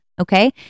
Okay